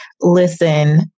Listen